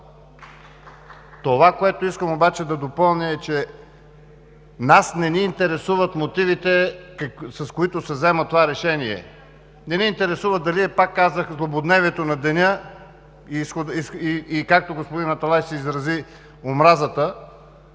Това, което искам обаче да допълня, е, че нас не ни интересуват мотивите, с които се взема това решение. Не ни интересува дали е, пак казвам, злободневието на деня и както господин Аталай се изрази, омразата